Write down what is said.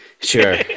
sure